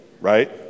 right